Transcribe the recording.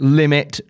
limit